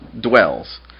dwells